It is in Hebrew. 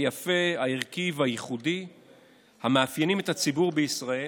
היפה הערכי והייחודי המאפיינים את הציבור בישראל.